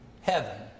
heaven